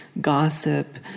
gossip